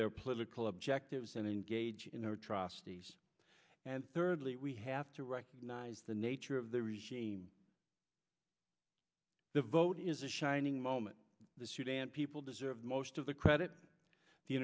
their political objectives and engage in their atrocities and thirdly we have to recognize the nature of the regime the vote is a shining moment the sudan people deserve most of the credit the